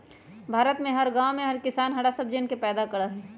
भारत में हर गांव में हर किसान हरा सब्जियन के पैदा करा हई